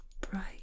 bright